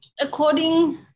according